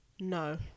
no